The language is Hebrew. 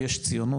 "יש ציונות,